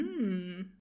-hmm